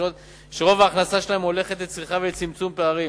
שרוב ההכנסה שלהן הולכת לצריכה ולצמצום פערים.